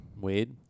Wade